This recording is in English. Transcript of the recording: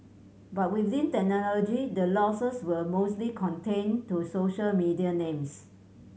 but within the losses were mostly contained to social media names